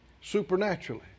supernaturally